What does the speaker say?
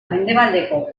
mendebaldeko